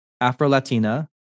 Afro-Latina